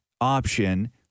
option